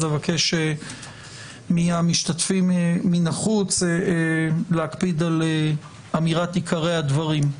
אז אני אבקש מהמשתתפים מן החוץ להקפיד על אמירת עיקרי הדברים.